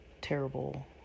terrible